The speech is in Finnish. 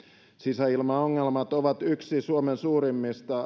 sisäilmaongelmat ovat yksi suomen suurimmista